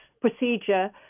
procedure